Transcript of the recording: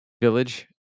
village